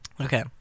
Okay